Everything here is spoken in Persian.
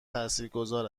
تاثیرگذار